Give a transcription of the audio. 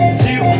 two